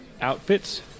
outfits